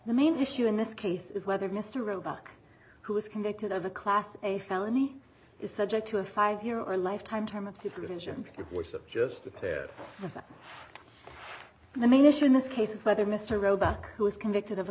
the main issue in this case is whether mr roebuck who was convicted of a class a felony is subject to a five year or lifetime term of supervision which of just a tad of the main issue in this case is whether mr roebuck who was convicted of a